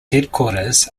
headquarters